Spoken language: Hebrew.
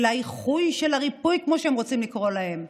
של האיחוי, של הריפוי, כמו שהם רוצים לקרוא להם,